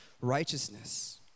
righteousness